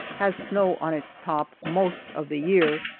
has snow on its top most of the year.